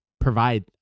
provide